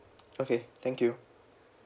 okay thank you